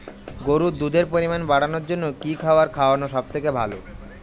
গরুর দুধের পরিমাণ বাড়ানোর জন্য কি খাবার খাওয়ানো সবথেকে ভালো?